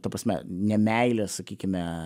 ta prasme nemeilę sakykime